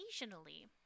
occasionally